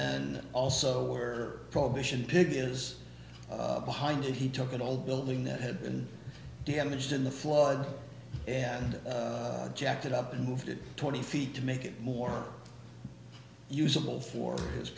then also were prohibition pig is behind it he took it all building that had been damaged in the flood and jacked it up and moved it twenty feet to make it more usable for this